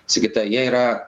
sigita jie yra